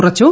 കുറച്ചു